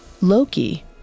Loki